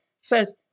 says